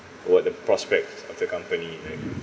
what the prospects of the company like